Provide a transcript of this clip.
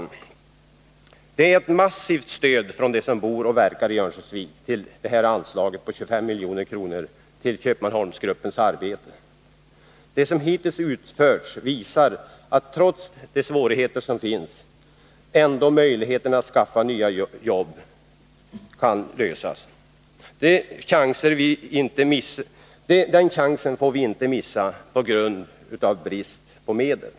Förslaget om ett anslag på 25 milj.kr. till Köpmanholmsgruppens arbete får ett massivt stöd från dem som bor och verkar i Örnsköldsvik. Det som hittills utförts visar att trots svårigheterna finns det ändå möjligheter att lösa problemen med att skaffa nya arbeten. Den chansen får vi inte missa på grund av brist på medel.